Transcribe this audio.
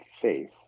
faith